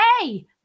hey